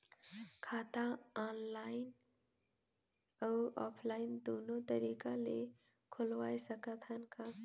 खाता ऑनलाइन अउ ऑफलाइन दुनो तरीका ले खोलवाय सकत हन का?